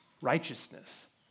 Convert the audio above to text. righteousness